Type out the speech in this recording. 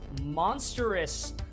monstrous